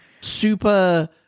Super